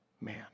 man